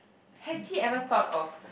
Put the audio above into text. has he ever thought of